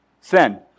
Sin